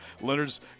Leonard's